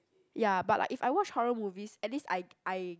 ya but like if I watch horror movies at least I I